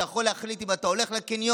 אתה יכול להחליט אם אתה הולך לקניון